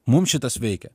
mums šitas veikia